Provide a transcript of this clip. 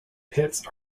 pitts